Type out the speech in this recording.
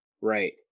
Right